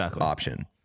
option